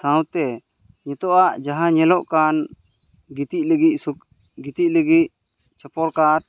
ᱥᱟᱶᱛᱮ ᱱᱤᱛᱚᱜᱼᱟᱜ ᱡᱟᱦᱟᱸ ᱧᱮᱞᱚᱜ ᱠᱟᱱ ᱜᱤᱛᱤᱡ ᱞᱟᱹᱜᱤᱫ ᱜᱤᱛᱤᱡ ᱞᱟᱹᱜᱤᱫ ᱪᱷᱚᱯᱚᱲ ᱠᱟᱴ